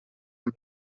amb